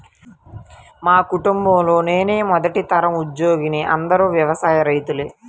మా కుటుంబంలో నేనే మొదటి తరం ఉద్యోగిని అందరూ వ్యవసాయ రైతులే